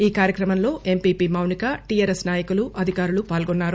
ఈ కార్యక్రమంలో ఎంపీపీ మౌనిక టీఆర్ఎస్ నాయకులు అధికారులు పాల్గొన్నారు